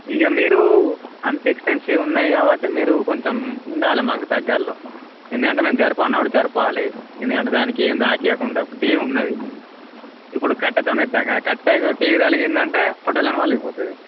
ఇక మీరు అంత ఎక్స్పెన్సివ్ ఉన్నాయి కాబట్టి మీరు కొంచెం ఉండాల మాకు దగ్గరలో ఎందుకంటే మేము జరపమన్నప్పుడు జరపాలి ఎందుకంటే దానికి ఏం తాకీయకుండా ఇప్పుడు టీవీ ఉన్నది ఇప్పుడు కట్టెతోనిడ్డం కదా కట్టే టీవీకి తగిలిందంటే ఫటెల్మని పగిలిపోతుంది